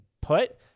put